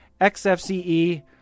XFCE